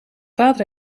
vader